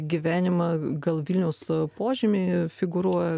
gyvenimą gal vilniaus požemį figūruoja